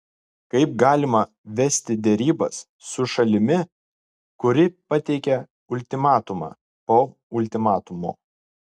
kaip galima vesti derybas su šalimi kuri pateikia ultimatumą po ultimatumo